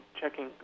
checking